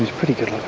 pretty good